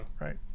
Right